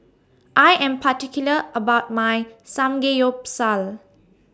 I Am particular about My Samgeyopsal